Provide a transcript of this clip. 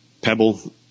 Pebble